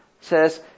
says